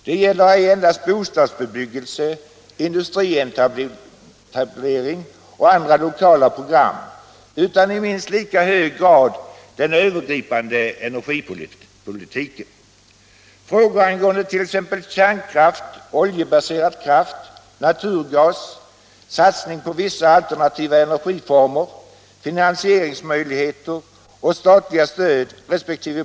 Det gäller ej endast bostadsbebyggelse, industrietablering och andra lokala program utan i minst lika hög grad den övergripande energipolitiken. Frågor angående t.ex. kärnkraft, oljebaserad kraft, naturgas, satsning på vissa alternativa energiformer, finansieringsmöjligheter och statliga stödresp.